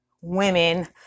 women